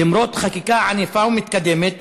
למרות חקיקה ענפה ומתקדמת,